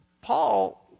Paul